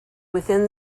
within